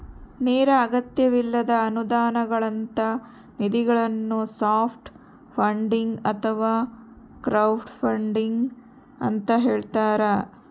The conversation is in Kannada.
ನೇರ ಅಗತ್ಯವಿಲ್ಲದ ಅನುದಾನಗಳಂತ ನಿಧಿಗಳನ್ನು ಸಾಫ್ಟ್ ಫಂಡಿಂಗ್ ಅಥವಾ ಕ್ರೌಡ್ಫಂಡಿಂಗ ಅಂತ ಹೇಳ್ತಾರ